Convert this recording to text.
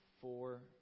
four